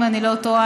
אם איני טועה,